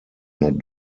not